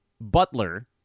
Butler